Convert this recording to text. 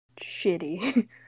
shitty